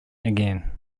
again